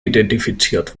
identifiziert